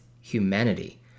humanity